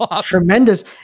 Tremendous